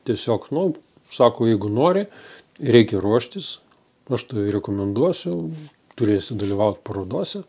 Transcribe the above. tiesiog nu sako jeigu nori reikia ruoštis aš tave rekomenduosiu turėsi dalyvaut parodose